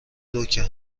روکه